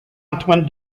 antoine